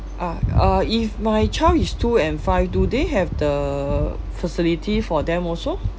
ah uh if my child is two and five do they have the facility for them also